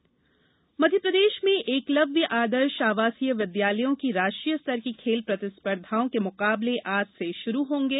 एकलव्य खेल मध्यप्रदेश में एकलव्य आदर्श आवासीय विद्यालयों की राष्ट्रीय स्तर की खेल प्रतिस्पर्धाओं के मुकाबले आज से शुरू होंगे